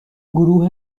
گروه